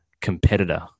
competitor